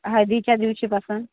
हळदीच्या दिवशीपासून